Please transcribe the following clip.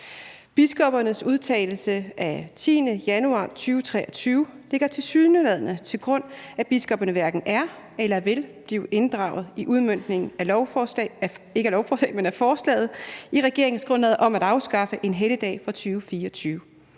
Biskoppernes udtalelse af 10. januar 2023 lægger tilsyneladende til grund, at biskopperne hverken er eller vil blive inddraget i udmøntningen af forslaget i regeringsgrundlaget om at afskaffe en helligdag fra 2024.